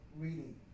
reading